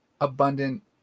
abundant